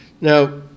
Now